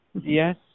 Yes